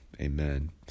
Amen